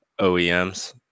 OEMs